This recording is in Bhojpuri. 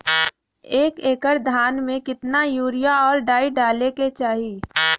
एक एकड़ धान में कितना यूरिया और डाई डाले के चाही?